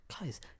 Guys